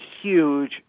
huge